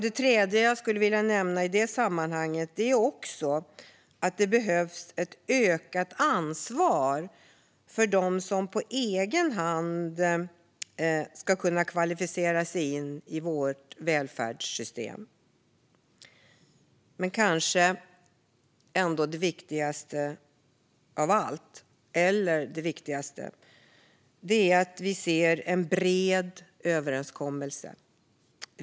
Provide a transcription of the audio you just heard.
Det tredje jag skulle vilja nämna i sammanhanget är att det behövs ett ökat ansvar för dem som på egen hand kvalificerar sig in i vårt välfärdssystem. Viktigast av allt är kanske att vi får se en bred överenskommelse.